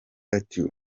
ati